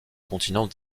continent